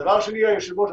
אדוני היושב-ראש,